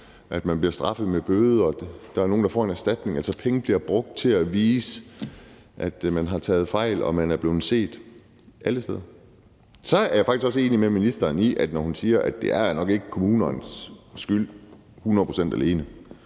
at man bliver straffet med bøde, og at der er nogen, der får en erstatning. Altså, penge bliver brugt til at vise, at der er begået fejl, og at man er blevet set. Det bruger man alle steder. Så er jeg faktisk også enig med ministeren, når hun siger, at det nok ikke 100 pct. alene